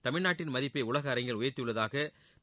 தமிழ்நாட்டின் மதிப்பை உலக அரங்கில் உயர்த்தியுள்ளதாக திரு